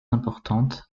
importante